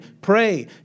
pray